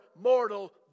mortal